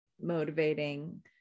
motivating